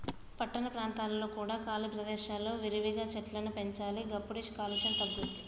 పట్టణ ప్రాంతాలలో కూడా ఖాళీ ప్రదేశాలలో విరివిగా చెట్లను పెంచాలి గప్పుడే కాలుష్యం తగ్గుద్ది